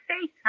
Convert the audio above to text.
face